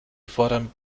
fordern